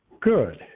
Good